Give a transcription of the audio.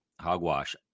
hogwash